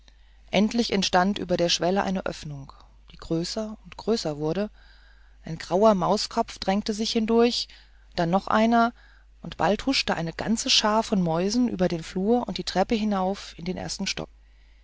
endlich entstand über der schwelle eine öffnung die größer und größer wurde ein grauer mauskopf drängte sich hindurch dann noch einer und bald huschte eine ganze schar von mäusen über den flur und die treppe hinauf in den ersten stock